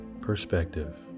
perspective